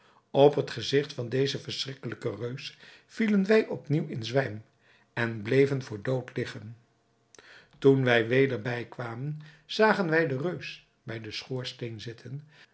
op het gezigt van dezen verschrikkelijken reus vielen wij op nieuw in zwijm en bleven voor dood liggen toen wij weder bijkwamen zagen wij den reus bij den schoorsteen zitten